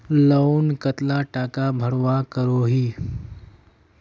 Loan कतला टाका भरवा करोही?